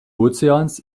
ozeans